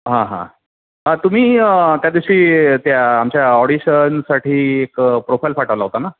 हां हां तुम्ही त्या दिवशी त्या आमच्या ऑडिशनसाठी एक प्रोफाईल पाठवला होता ना